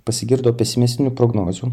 pasigirdo pesimistinių prognozių